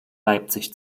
leipzig